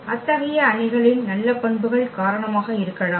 அத்தகைய அணிகளின் நல்ல பண்புகள் காரணமாக இருக்கலாம்